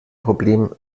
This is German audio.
problem